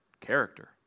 Character